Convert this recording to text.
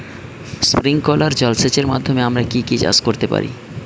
Sprinkler জলসেচের মাধ্যমে আমরা কি কি চাষ করতে পারি?